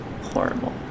Horrible